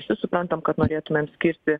visi suprantam kad norėtumėm skirti